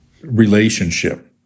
relationship